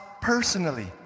personally